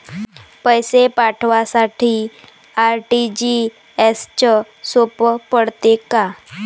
पैसे पाठवासाठी आर.टी.जी.एसचं सोप पडते का?